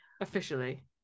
officially